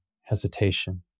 hesitation